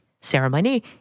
ceremony